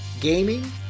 gaming